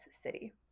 city